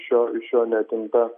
iš jo iš jo neatimta